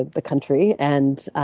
the country. and